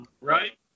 Right